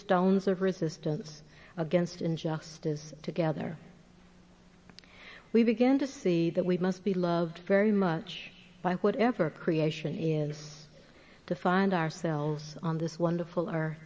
stones of resistance against injustice together we begin to see that we must be loved very much by whatever creation is to find ourselves on this wonderful are